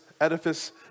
edifice